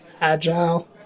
Agile